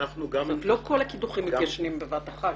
לא כל הקידוחים מתיישנים בבת אחת.